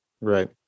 right